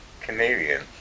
Canadian